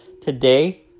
today